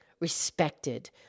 respected